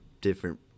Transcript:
different